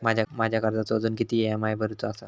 माझ्या कर्जाचो अजून किती ई.एम.आय भरूचो असा?